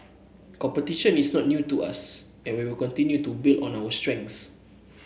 competition is not new to us and we will continue to build on our strengths